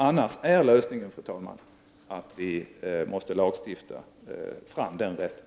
Annars blir lösningen, fru talman, att vi måste lagstifta fram denna rättighet.